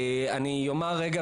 אני אומר רגע,